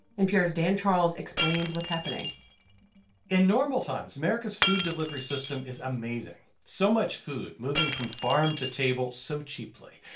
npr's dan charles explains what's happening in normal times, america's food delivery system is amazing so much food moving from farm to table so cheaply.